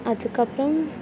அதுக்கப்புறோம்